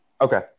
Okay